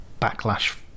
backlash